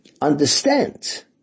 understand